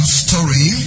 story